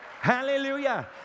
Hallelujah